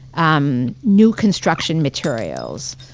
um new construction materials,